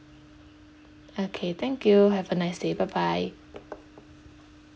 okay thank you have a nice day bye bye